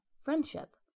Friendship